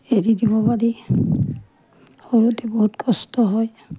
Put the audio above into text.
এৰি দিব পাৰি সৰুতে বহুত কষ্ট হয়